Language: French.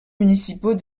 municipaux